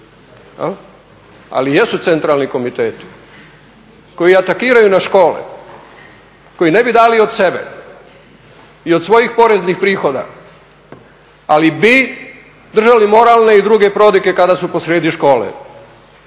ali jesu centralni komiteti koji atakiraju na škole, koji ne bi dali od sebe i svojih poreznih prihoda, ali bi držali moralne i druge prodike kada su posrijedi škole